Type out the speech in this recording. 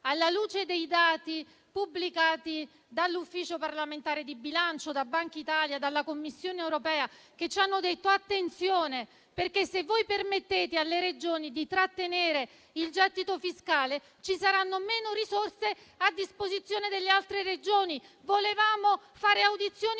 alla luce dei dati pubblicati dall'Ufficio parlamentare di bilancio, da Bankitalia e dalla Commissione europea, che ci hanno detto: attenzione, se voi permettete alle Regioni di trattenere il gettito fiscale, ci saranno meno risorse a disposizione delle altre Regioni. Volevamo fare audizioni